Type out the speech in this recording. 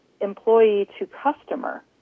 employee-to-customer